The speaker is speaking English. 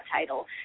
title